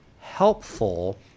helpful